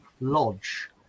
Lodge